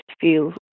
feel